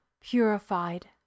purified